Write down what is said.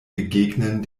begegnen